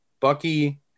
Bucky